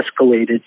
escalated